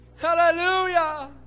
Hallelujah